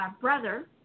brother